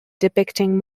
depicting